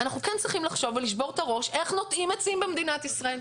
אנחנו כן צריכים לחשוב על לשבור את הראש איך נוטעים עצים במדינת ישראל.